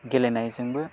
गेलेनायजोंबो